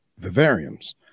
vivariums